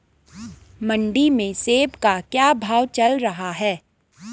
मंडी में सेब का क्या भाव चल रहा है?